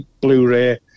Blu-ray